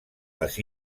les